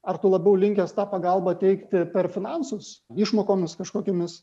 ar tu labiau linkęs tą pagalbą teikti per finansus išmokomis kažkokiomis